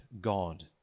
God